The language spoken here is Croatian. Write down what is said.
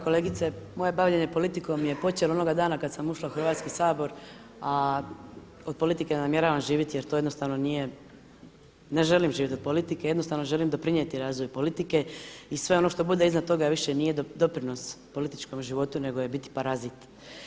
Kolegice, moje bavljenje politikom je počelo onoga dana kada sam ušla u Hrvatski sabor a od politike ne namjeravam živjeti jer to jednostavno nije, ne želim živjeti od politike, jednostavno želim doprinijeti razvoju politike i sve ono što bude iznad toga više nije doprinos političkom životu nego je biti parazit.